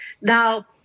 Now